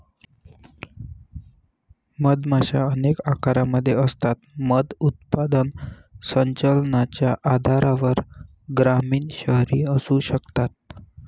मधमाशा अनेक आकारांमध्ये असतात, मध उत्पादन संचलनाच्या आधारावर ग्रामीण, शहरी असू शकतात